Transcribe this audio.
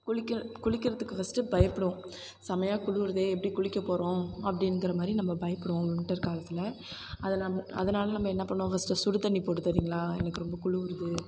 குளிக்க குளிக்கிறதுக்கு ஃபஸ்ட்டு பயப்படுவோம் சேம்மையா குளிருதே எப்படி குளிக்க போகிறோம் அப்படின்ங்குற மாதிரி நம்ம பயப்படுவோம் வின்டர் காலத்தில் அதை நம்ம அதனால் நம்ம என்ன பண்ணுவோம் ஃபஸ்ட்டு சுடுத்தண்ணி போட்டு தரீங்களா எனக்கு ரொம்ப குளுருது